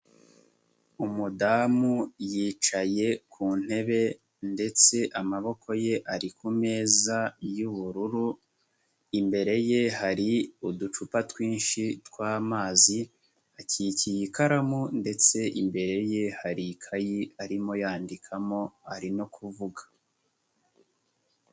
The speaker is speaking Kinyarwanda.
Umudamu yicaye ku ntebe ndetse amaboko ye ari ku meza y'ubururu, imbere ye hari uducupa twinshi tw'amazi, akikiye ikaramu ndetse imbere ye hari ikayi arimo yandikamo, arimo kuvuga.